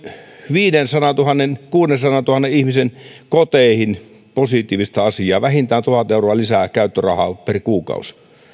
viidensadantuhannen viiva kuudensadantuhannen ihmisen koteihin positiivista asiaa vähintään tuhat euroa lisää käyttörahaa per kuukausi